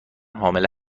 حامله